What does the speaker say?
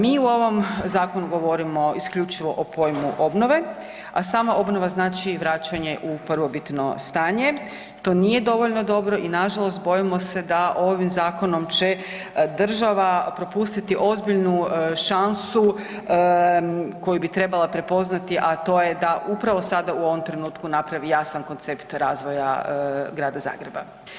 Mi u ovom zakonu govorimo isključivo o pojmu obnove, a sama obnova znači i vraćanje u prvobitno stanje, to nije dovoljno dobro i nažalost bojimo se da ovim zakonom će država propustiti ozbiljnu šansu koju bi trebala prepoznati a to je da upravo sada i u ovom trenutku napravi jasan koncept razvoja grada Zagreba.